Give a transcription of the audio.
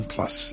Plus